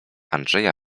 andrzeja